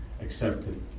accepted